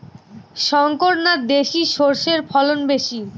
শংকর না দেশি সরষের ফলন বেশী?